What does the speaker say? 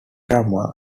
miramar